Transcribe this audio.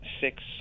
six